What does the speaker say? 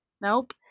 Nope